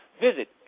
Visit